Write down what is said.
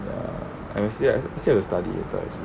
unless you are said to study abroad